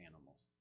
animals